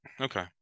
Okay